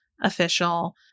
official